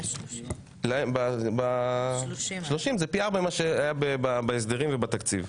היו 30. 30. זה פי ארבעה ממה שהיה בהסדרים ובתקציב,